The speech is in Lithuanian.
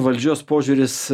valdžios požiūris